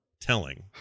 telling